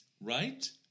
Right